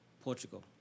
Portugal